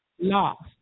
lost